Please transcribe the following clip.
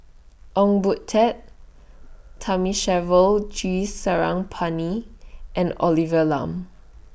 Ong Boon Tat Thamizhavel G Sarangapani and Olivia Lum